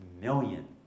million